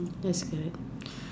that is good